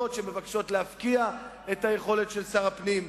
שמבקשות להפקיע את היכולת של שר הפנים.